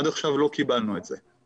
עד עכשיו לא קיבלנו את זה.